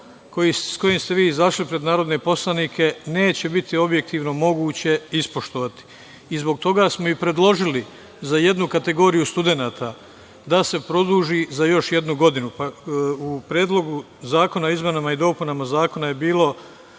sa kojim ste vi izašli pred narodne poslanike neće biti objektivno moguće ispoštovati. Zbog toga smo i predložili za jednu kategoriju studenata da se produži za još jednu godinu. U Predlogu zakona o izmenama i dopunama zakona je bilo